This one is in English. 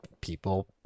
people